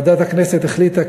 ועדת הכנסת החליטה,